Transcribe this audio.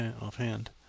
offhand